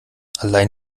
allein